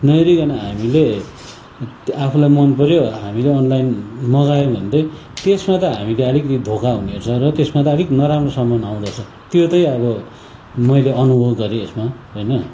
नहेरिकन हामीले त्यो आफूलाई मनपऱ्यो हामीले अनलाइन मगायौँ भने चाहिँ त्यसमा त हामीले अलिकति धोका हुनेरहेछ र त्यसमा त अलिक नराम्रो सामान आउँदोरहेछ त्यो त्यही अब मैले अनुभव गरेँ यसमा होइन